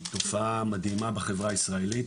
תופעה מדהימה בחברה הישראלית.